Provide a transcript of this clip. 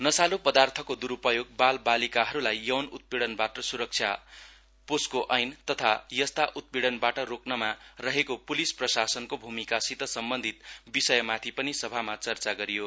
नशालु पदार्थको दुरूपयोग बाल बालीकालाई यौन उत्पिड़नबाट सुरक्षा पोस्को एन तथा यस्ता उत्पिड़नबाट रोक्नमा रहेको पुलिस प्रशासनको भूमिका सित सम्बन्धित विषयमाथि पनि सभामा चर्चा गरियो